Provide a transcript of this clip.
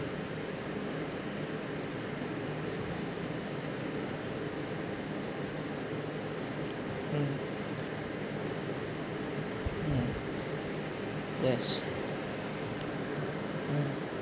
mm mm yes mm